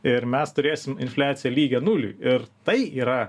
ir mes turėsim infliaciją lygią nuliui ir tai yra